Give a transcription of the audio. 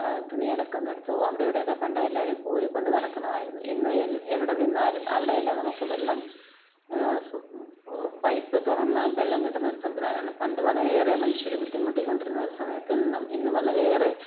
തുണി അലക്കുന്നിടത്തോ അവിടിവിടെയൊക്കെ പണ്ട് എല്ലാവരും കോരിക്കൊണ്ട് നടക്കണമായിരുന്നു ഇന്ന് എൽ എവിടെ നിന്നാലും അവിടെ എല്ലാം നമുക്ക് വെള്ളം സ് പൈപ്പ് തുറന്നാൽ വെള്ളം കിട്ടുന്നൊരു സംവിധാനമാണ് പണ്ട് വളരെയേറെ മനുഷ്യർ ബുദ്ധിമുട്ടിക്കൊണ്ടിരുന്ന സമയത്തിൽ നിന്നും ഇന്ന് വളരെയേറെ